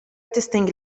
testing